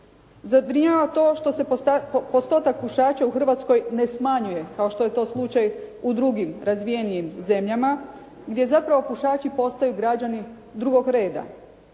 Zabrinjava to što se postotak pušača u Hrvatskoj ne smanjuje kao što je to slučaj u drugim razvijenijim zemljama gdje zapravo pušači postaju građani drugog reda.